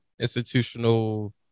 institutional